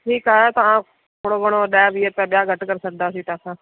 ठीकु आहे तव्हां थोरो घणो ॾह वीह रुपया ॿिया घटि करे छॾिंदासीं तव्हांखां